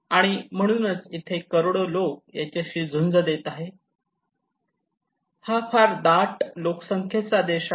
आणि म्हणून इथे करोडो लोक याच्याशी झुंज देत आहेत हा फार दाट लोकसंख्येचा देश आहे